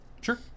Sure